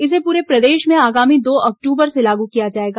इसे पूरे प्रदेश में आगामी दो अक्टूबर से लागू किया जाएगा